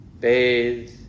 bathe